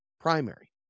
primary